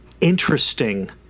interesting